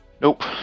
Nope